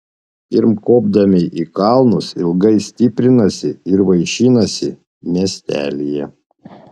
pirm kopdami į kalnus ilgai stiprinasi ir vaišinasi miestelyje